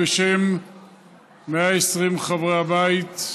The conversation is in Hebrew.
בשם 120 חברי הבית,